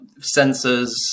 sensors